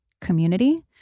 community